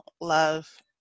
love